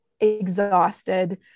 exhausted